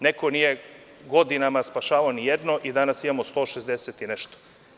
Neko nije godinama spašavao nijedno i danas imamo 160 i nešto.